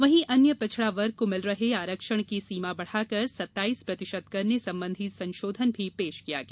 वहीं अन्य पिछड़ा वर्ग को मिल रहे आरक्षण की सीमा बढ़ाकर सत्ताइस प्रतिशत करने संबंधी संशोधन भी पेश किया गया